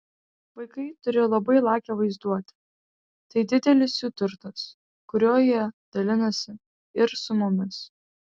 vaikai turi labai lakią vaizduotę tai didelis jų turtas kuriuo jie dalinasi ir su mumis